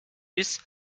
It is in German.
biss